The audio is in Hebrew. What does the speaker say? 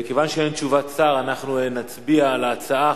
מכיוון שאין תשובת שר, אנחנו נצביע על ההצעה.